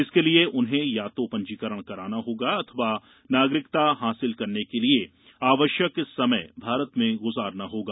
इसके लिए उन्हें या तो पंजीकरण कराना होगा अथवा नागरिकता हासिल करने के लिए आवश्यक समय भारत में गुजारना होगा